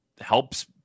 helps